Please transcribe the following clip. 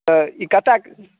तऽ ई कतऽ